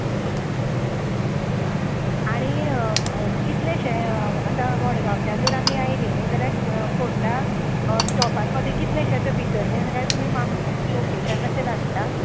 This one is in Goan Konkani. ओके ओके हां हां आनी कितलेंशें आतां मडगांवच्यान जर आमी आयली न्हय जाल्या फोंडा स्टॉपार पावतगीर कितलेशें अशें भितर बी काय तुमी लोकेशन मातशें धाडटा